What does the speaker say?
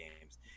games